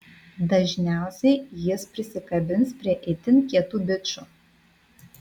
dažniausiai jis prisikabins prie itin kietų bičų